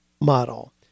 model